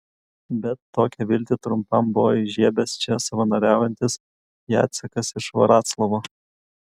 bet tokią viltį trumpam buvo įžiebęs čia savanoriaujantis jacekas iš vroclavo